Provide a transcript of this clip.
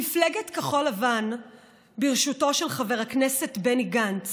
מפלגת כחול לבן בראשותו של חבר הכנסת בני גנץ